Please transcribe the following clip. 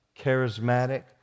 charismatic